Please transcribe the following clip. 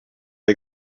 are